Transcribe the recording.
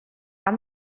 and